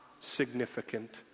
significant